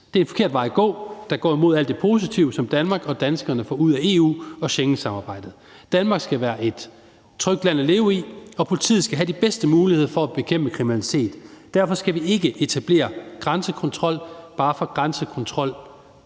Det er en forkert vej at gå, og det går imod alt det positive, som Danmark og danskerne får ud af EU og Schengensamarbejdet. Danmark skal være et trygt land at leve i, og politiet skal have de bedste muligheder for at bekæmpe kriminalitet. Derfor skal vi ikke etablere grænsekontrol bare for grænsekontrollens